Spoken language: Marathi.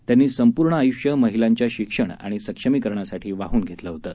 त्यांनी संपूर्ण आयूष्य महिलांच्या शिक्षण आणि सक्षमिकरणासाठी वाहून घेतलं होतं